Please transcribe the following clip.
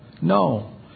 No